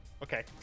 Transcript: Okay